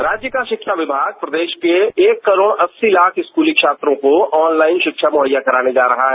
राज्य का शिक्षा विभाग प्रदेश के एक करोड़ अस्सी लाख स्कूली छात्रों को ऑन लाइन शिक्षा मुहैया कराने जा रहा है